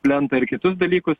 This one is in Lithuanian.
plentą ir kitus dalykus